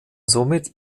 somit